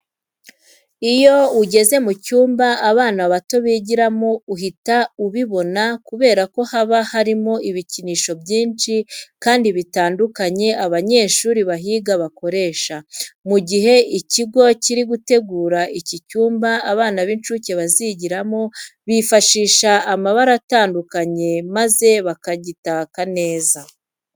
Iyo ugeze mu cyumba abana bato bigiramo uhita ubibona kubera ko haba harimo ibikinisho byinshi kandi bitandukanye abanyeshuri bahiga bakoresha. Mu gihe ikigo kiri gutegura iki cyumba abana b'incuke bazigiramo, bifashisha amabara atandukanye maze bakagitaka neza.